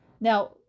Now